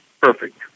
perfect